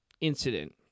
incident